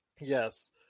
Yes